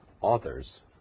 authors